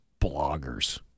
bloggers